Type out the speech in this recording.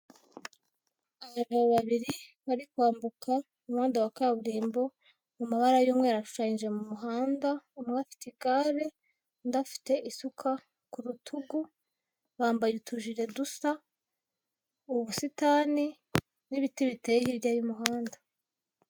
Abagabo babiri bari kwambuka umuhanda wa kaburimbo mu mabara y'umweru ashushanyije mu muhanda, umwe afite igare, undi afite isuka ku rutugu, bambaye utujire dusa, ubusitani n'ibiti biteye hirya y'umuhanda.